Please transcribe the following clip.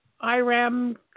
Iram